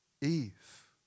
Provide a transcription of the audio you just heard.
Eve